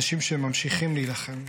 אנשים שממשיכים להילחם.